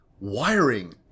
wiring